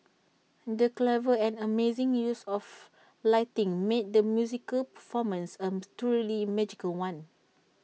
the clever and amazing use of lighting made the musical performance am truly magical one